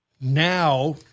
Now